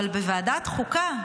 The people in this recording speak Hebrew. אבל בוועדת החוקה,